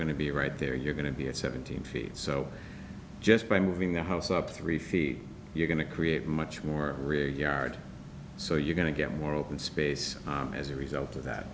going to be right there you're going to be at seventeen feet so just by moving the house up three feet you're going to create much more rear yard so you're going to get more open space as a result of that